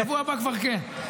בשבוע הבא כבר כן.